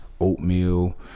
oatmeal